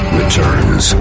returns